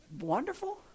wonderful